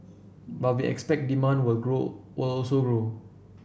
but we expect demand will grow will also grow